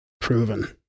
proven